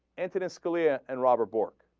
antonin scalia and robert bork